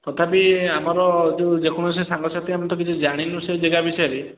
ତଥାପି ଆମର ଯେଉଁ ଯେକୌଣସି ସାଙ୍ଗସାଥି ଆମେ ତ କିଛି ଜାଣିନୁ ସେ ଯାଗା ବିଷୟରେ